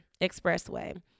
Expressway